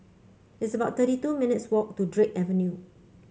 it's about thirty two minutes' walk to Drake Avenue